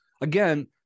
again